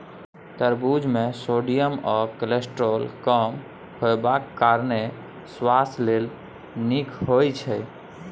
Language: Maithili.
खरबुज मे सोडियम आ कोलेस्ट्रॉल कम हेबाक कारणेँ सुआस्थ लेल नीक होइ छै